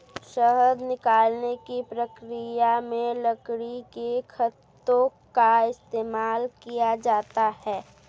शहद निकालने की प्रक्रिया में लकड़ी के तख्तों का इस्तेमाल किया जाता है